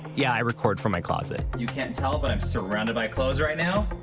yeah, i record from my closet. you can't tell, but i'm surrounded by clothes right now.